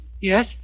Yes